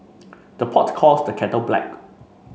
the pot calls the kettle black